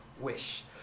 wish